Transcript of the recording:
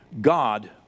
God